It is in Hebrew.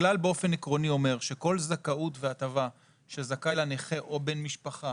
הכלל באופן עקרוני אומר שכל זכאות והטבה שזכאי לה נכה או בן משפחה